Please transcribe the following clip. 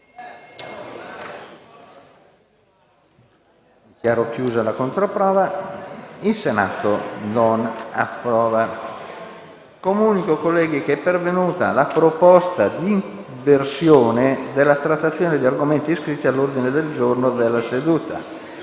nuova finestra"). Colleghi, comunico che è pervenuta la proposta di inversione della trattazione di argomenti iscritti all'ordine del giorno della seduta.